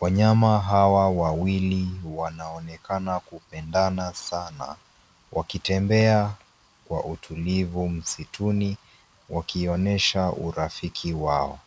Wanyama hawa wawili wanaonekana kupendana sana, wakitembea kwa utulivu msituni, wakionyesha urafiki wao.